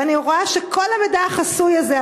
ואני רואה שכל המידע החסוי הזה,